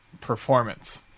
performance